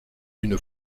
une